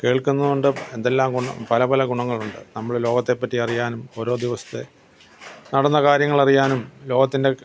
കേൾക്കുന്നുണ്ട് എന്തെല്ലാം ഗുണം പല പല ഗുണങ്ങളുണ്ട് നമ്മൾ ലോകത്തെ പറ്റി അറിയാനും ഓരോ ദിവസത്തെ നടന്ന കാര്യങ്ങൾ അറിയാനും ലോകത്തിൻ്റെ